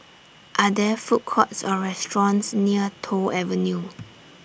Are There Food Courts Or restaurants near Toh Avenue